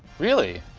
really?